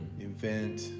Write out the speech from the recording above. invent